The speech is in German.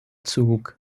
zug